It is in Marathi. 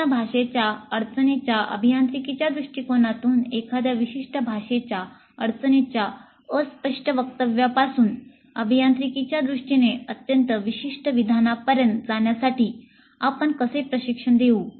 पूर्ण भाषेच्या अडचणीच्या अभियांत्रिकीच्या दृष्टीकोनातून एखाद्या विशिष्ट भाषेच्या अडचणीच्या अस्पष्ट वक्तव्यापासून अभियांत्रिकीच्या दृष्टीने अत्यंत विशिष्ट विधानापर्यंत जाण्यासाठी आपण कसे प्रशिक्षण देऊ